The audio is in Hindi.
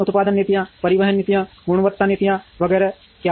उत्पादन नीतियां परिवहन नीतियां गुणवत्ता नीतियां वगैरह क्या हैं